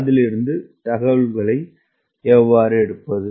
அதிலிருந்து தகவல்களை எவ்வாறு எடுப்பது